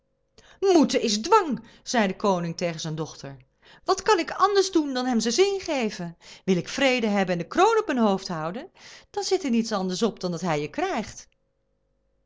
moeten is dwang zei de koning tegen zijn dochter wat kan ik anders doen dan hem zijn zin geven wil ik vrede hebben en de kroon op mijn hoofd houden dan zit er niets anders op dan dat hij je krijgt